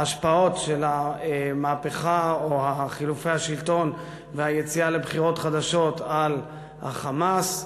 ההשפעות של המהפכה או חילופי השלטון והיציאה לבחירות חדשות על ה"חמאס".